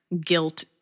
guilt